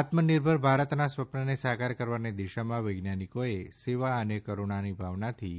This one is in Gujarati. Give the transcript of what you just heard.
આત્મનિર્ભર ભારતના સ્વપ્નને સાકાર કરવાની દિશામાં વૈજ્ઞાનિકોએ સેવા અને કરૂણાની ભાવનાથી